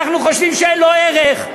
אנחנו חושבים שאין לו ערך,